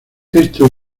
esto